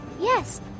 Yes